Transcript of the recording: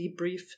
debrief